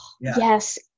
yes